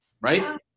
Right